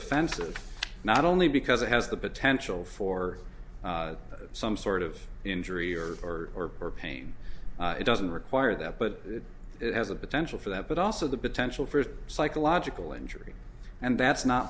offensive not only because it has the potential for some sort of injury or or or pain it doesn't require that but it has a potential for that but also the potential for psychological injury and that's not